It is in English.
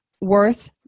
worth